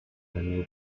annual